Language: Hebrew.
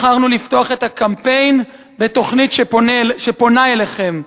בחרנו לפתוח את הקמפיין בתוכנית שפונה אליכם.